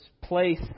place